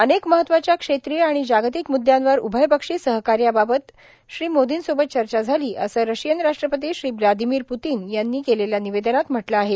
अनेक महत्वाच्या क्षेत्रीय आणि जागतिक मुद्यांवर उभयपक्षी सहकार्याबाबत श्री मोदींसोबत चर्चा झाली असं रशियन राष्ट्रपती श्री ब्लादिमीर पुतीन यांनी केलेल्या निवेदनात म्हटलं आहे